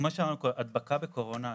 כמו שאמרנו קודם, הדבקה בקורונה קיימת,